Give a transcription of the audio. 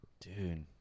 Dude